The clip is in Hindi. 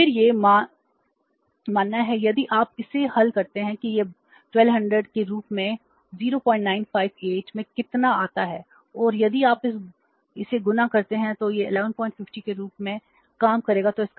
और फिर यह यह मान है यदि आप इसे हल करते हैं कि यह 1200 के रूप में 0958 में कितना आता है और यदि आप इसे गुणा करते हैं तो यह 11 50 के रूप में काम करेगा